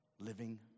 living